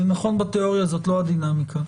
זה נכון בתיאוריה, זאת לא הדינמיקה.